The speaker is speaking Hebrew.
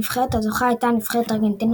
הנבחרת הזוכה הייתה נבחרת ארגנטינה,